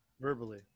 Verbally